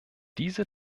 diese